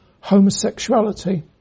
homosexuality